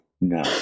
No